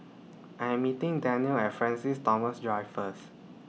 I'm meeting Danielle At Francis Thomas Drive First